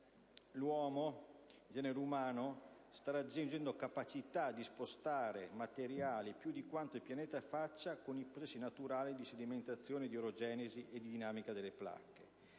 l'uomo, il genere umano, sta raggiungendo capacità di spostare materiali più di quanto il pianeta faccia con imprese naturali di sedimentazione, di orogenesi e di dinamica delle placche.